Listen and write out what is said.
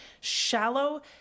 shallow